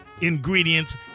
ingredients